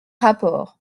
rapport